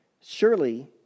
Surely